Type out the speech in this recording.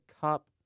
Cup